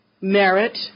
Merit